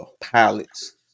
pilots